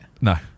No